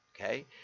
okay